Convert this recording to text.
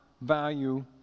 value